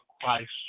Christ